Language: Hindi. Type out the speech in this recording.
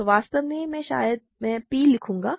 तो वास्तव में शायद मैं p लिखूंगा